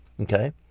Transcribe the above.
Okay